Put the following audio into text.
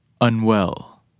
unwell